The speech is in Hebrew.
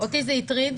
ואותי זה הטריד.